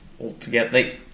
altogether